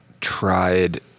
tried